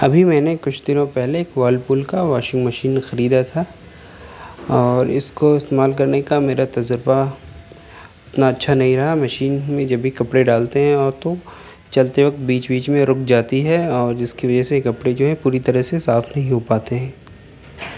ابھی میں نے کچھ دنوں پہلے ایک ورل پول کا واشنگ مشین خریدا تھا اور اس کو استعمال کرنے کا میرا تجربہ اتنا اچھا نہیں رہا مشین میں جب بھی کپڑے ڈالتے ہیں اور تو چلتے وقت بیچ بیچ میں رک جاتی ہے اور جس کی وجہ سے کپڑے جو ہے پوری طرح سے صاف نہیں ہو پاتے ہیں